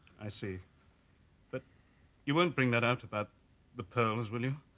i see but you won't bring that out about the pearls will you?